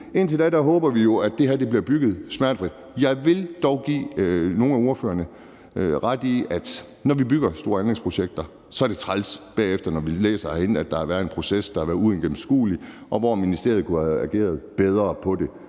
Indtil da håber vi jo, at det her bliver bygget smertefrit. Jeg vil dog give nogle af ordførerne ret i, at når vi bygger store anlægsprojekter, er det træls bagefter at læse herinde, at der har været en proces, der har været uigennemskuelig, og hvor ministeriet har kunnet agere bedre på det.